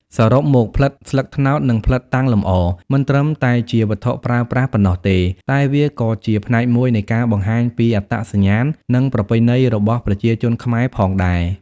សរុបមក ផ្លិតស្លឹកត្នោត និងផ្លិតតាំងលម្អ មិនត្រឹមតែជាវត្ថុប្រើប្រាស់ប៉ុណ្ណោះទេ តែវាក៏ជាផ្នែកមួយនៃការបង្ហាញពីអត្តសញ្ញាណ និងប្រពៃណីរបស់ប្រជាជនខ្មែរផងដែរ។